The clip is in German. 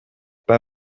bei